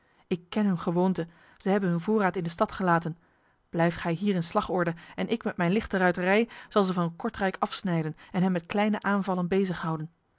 ik ken hun gewoonte zij hebben hun voorraad in de stad gelaten blijf gij hier in slagorde en ik met mijn lichte ruiterij zal ze van kortrijk afsnijden en hen met kleine aanvallen